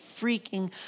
freaking